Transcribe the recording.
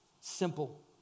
simple